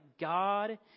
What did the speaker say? God